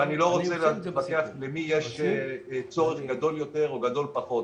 ואני לא רוצה לנהל דו-שיח למי יש צורך גדול יותר או גדול פחות.